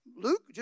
Luke